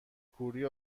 کوری